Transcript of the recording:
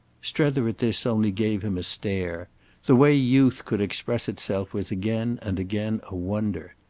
strether at this only gave him a stare the way youth could express itself was again and again a wonder.